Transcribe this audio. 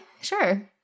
Sure